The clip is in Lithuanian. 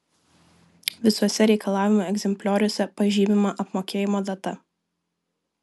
visuose reikalavimų egzemplioriuose pažymima apmokėjimo data